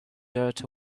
dirt